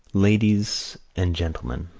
ladies and gentlemen,